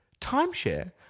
Timeshare